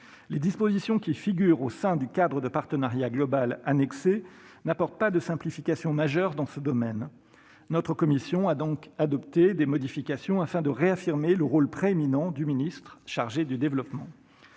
Les dispositions qui figurent au sein du cadre de partenariat global annexé n'apportent pas de simplification majeure dans ce domaine. Notre commission a donc adopté des modifications afin de réaffirmer le rôle prééminent du ministre chargé du développement.